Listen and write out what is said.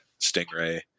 Stingray